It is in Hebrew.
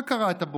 מה קרה שאתה בוכה?